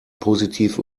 positiv